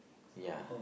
ya